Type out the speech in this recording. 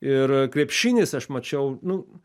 ir krepšinis aš mačiau nu